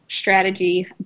strategy